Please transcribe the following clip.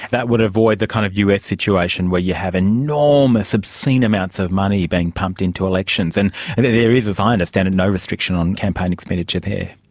that would avoid the kind of us situation where you have enormous, obscene amounts of money being pumped into elections. and and there is, as i understand it, no restriction on campaign expenditure there.